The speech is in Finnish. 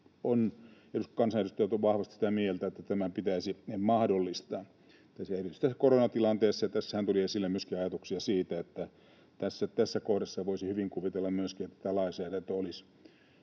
on, kansanedustajat ovat, vahvasti sitä mieltä, että tämä pitäisi mahdollistaa erityisesti tässä koronatilanteessa. Ja tässähän tuli esille myöskin ajatuksia siitä, että tässä kohdassa voisi hyvin kuvitella, että tämä lainsäädäntö olisi